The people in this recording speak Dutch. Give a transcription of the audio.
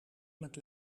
met